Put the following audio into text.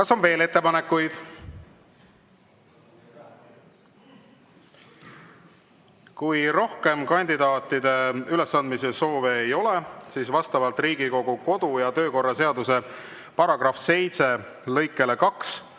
Kas on veel ettepanekuid? Kui rohkem kandidaatide ülesseadmise soove ei ole, siis vastavalt Riigikogu kodu‑ ja töökorra seaduse § 7 lõikele 2